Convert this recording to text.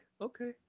okay